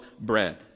bread